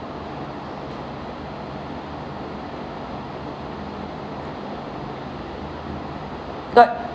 got